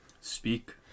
Speak